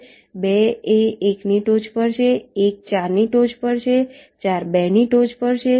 2 એ 1 ની ટોચ પર છે 1 4 ની ટોચ પર છે 4 2 ની ટોચ પર છે